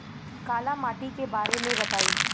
काला माटी के बारे में बताई?